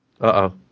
Uh-oh